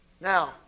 Now